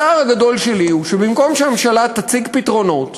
הצער הגדול שלי הוא שבמקום שהממשלה תציג פתרונות,